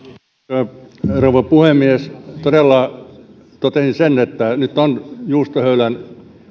arvoisa rouva puhemies todella toteaisin sen että nyt on juustohöylän